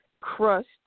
crushed